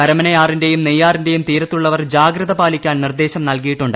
കരമനയാറിന്റെയും നെയ്യാരിന്റെയും തീരത്തുള്ളവർ ജാഗ്രത പാലിക്കാൻ നിർദ്ദേശം നിൽകിയിട്ടുണ്ട്